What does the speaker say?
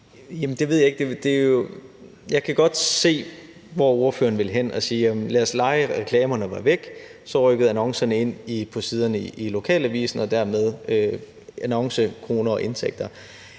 Jeg kan godt se, hvor ordføreren vil hen med at sige: Lad os lege, at reklamerne var væk, og så rykkede annoncerne ind på siderne i lokalavisen og dermed også annoncekroner og indtægter.